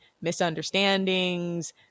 misunderstandings